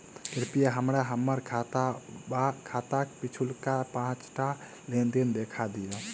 कृपया हमरा हम्मर खाताक पिछुलका पाँचटा लेन देन देखा दियऽ